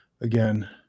again